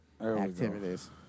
activities